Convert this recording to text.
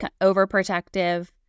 overprotective